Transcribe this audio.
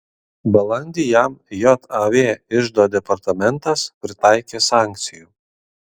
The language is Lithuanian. balandį jam jav iždo departamentas pritaikė sankcijų